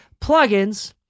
plugins